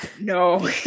No